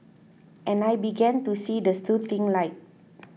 and I began to see the soothing light